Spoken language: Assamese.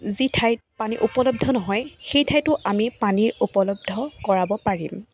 যি ঠাইত পানী উপলব্ধ নহয় সেই ঠাইতো আমি পানীৰ উপলব্ধ কৰাব পাৰিম